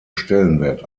stellenwert